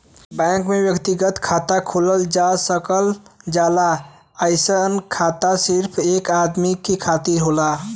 bank में व्यक्तिगत खाता खोलल जा सकल जाला अइसन खाता सिर्फ एक आदमी के खातिर होला